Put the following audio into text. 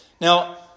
Now